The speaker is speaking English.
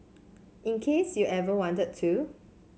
in case you ever wanted to